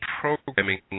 programming